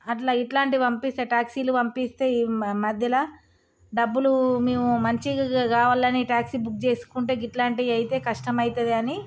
అట్లా ఇట్లాంటివి పంపిస్తే ట్యాక్సీలు పంపిస్తే ఈ మధ్యలో డబ్బులు మేము మంచిగా కావాలని ట్యాక్సీ బుక్ చేసుకుంటే ఇట్లాంటివి అయితే కష్టం అవుతుంది అని